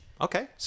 Okay